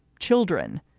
children?